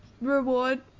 reward